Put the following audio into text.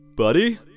Buddy